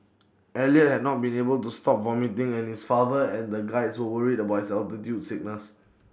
Elliot had not been able to stop vomiting and his father and the Guides were worried about his altitude sickness